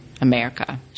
America